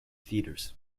theaters